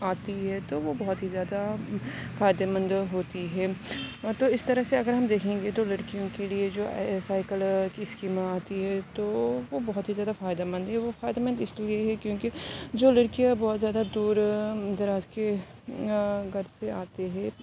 آتی ہے تو وہ بہت ہی زیادہ فائدے مند ہوتی ہے تو اس طرح سے اگر ہم دیکھیں گے تو لڑکیوں کے لیے جو سائیکل کی اسکیمیں آتی ہے تو وہ بہت ہی زیادہ فائدے مند بھی ہے وہ فائدے مند اس لیے ہے کیونکہ جو لڑکیاں بہت زیادہ دور دراز کے گھر سے آتے ہے